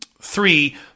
three